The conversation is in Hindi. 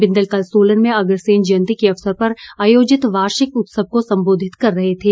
बिंदल कल सोलन में अग्रसेन जयंती के अवसर पर आयोजित वार्षिक उत्सव को संबोधित कर रहे थे